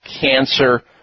Cancer